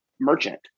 merchant